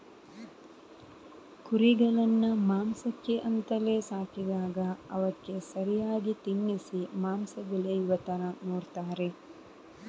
ಕುರಿಗಳನ್ನ ಮಾಂಸಕ್ಕೆ ಅಂತಲೇ ಸಾಕಿದಾಗ ಅವಕ್ಕೆ ಸರಿಯಾಗಿ ತಿನ್ನಿಸಿ ಮಾಂಸ ಬೆಳೆಯುವ ತರ ನೋಡ್ತಾರೆ